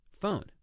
phone